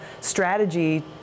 strategy